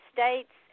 States